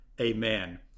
Amen